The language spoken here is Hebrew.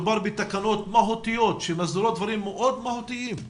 מדובר בתקנות מהותיות שמסדירות דברים מאוד מהותיים.